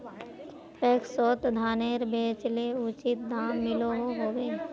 पैक्सोत धानेर बेचले उचित दाम मिलोहो होबे?